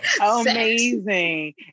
amazing